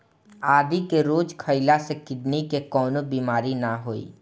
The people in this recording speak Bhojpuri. आदि के रोज खइला से किडनी के कवनो बीमारी ना होई